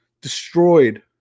destroyed